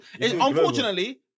Unfortunately